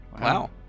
Wow